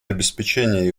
обеспечение